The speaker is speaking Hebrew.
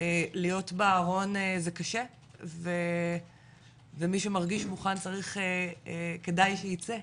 להיות בארון זה קשה ומי שמרגיש מוכן צריך כדאי שייצא,